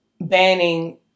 banning